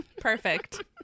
Perfect